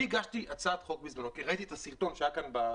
אני בזמנו הגשתי הצעת חוק כי ראיתי את הסרטון שהוקרן כאן.